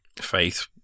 faith